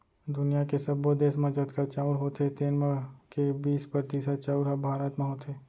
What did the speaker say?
दुनियॉ के सब्बो देस म जतका चाँउर होथे तेन म के बीस परतिसत चाउर ह भारत म होथे